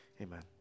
Amen